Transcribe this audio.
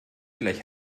gleich